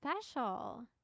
special